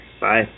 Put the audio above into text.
Bye